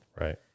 Right